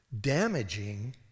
damaging